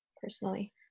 personally